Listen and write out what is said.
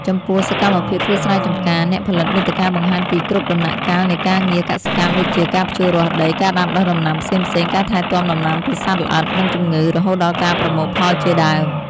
ចំពោះ សកម្មភាពធ្វើស្រែចំការ អ្នកផលិតមាតិកាបង្ហាញពីគ្រប់ដំណាក់កាលនៃការងារកសិកម្ម ដូចជា ការភ្ជួររាស់ដី ការដាំដុះដំណាំផ្សេងៗ ការថែទាំដំណាំពីសត្វល្អិត និងជំងឺ រហូតដល់ការប្រមូលផលជាដើម។